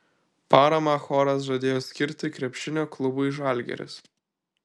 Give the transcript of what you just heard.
paramą choras žadėjo skirti krepšinio klubui žalgiris